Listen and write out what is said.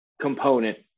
component